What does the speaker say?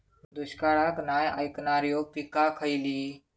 दुष्काळाक नाय ऐकणार्यो पीका खयली?